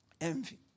Envy